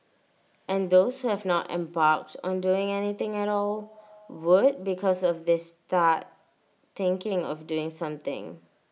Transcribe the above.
and those who have not embarked on doing anything at all would because of this start thinking of doing something